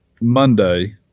Monday